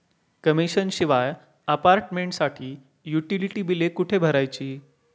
Commission शिवाय अपार्टमेंटसाठी utility बिले कुठे भरायची?